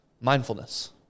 mindfulness